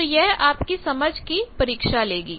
तो यह आपकी समझ की परीक्षा लेगी